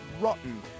rotten